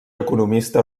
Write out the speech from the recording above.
economista